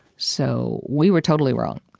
so we were totally wrong,